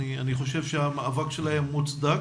אני חושב שהמאבק שלהם מוצדק